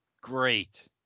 great